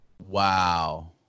Wow